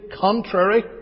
contrary